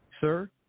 Sir